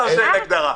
מי אמר שאין הגדרה?